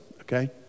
Okay